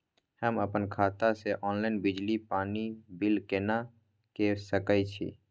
हम अपन खाता से ऑनलाइन बिजली पानी बिल केना के सकै छी?